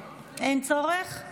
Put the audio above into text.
לא צריך.